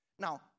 Now